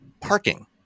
Parking